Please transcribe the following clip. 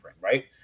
Right